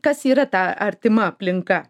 kas yra ta artima aplinka